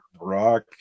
rock